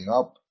up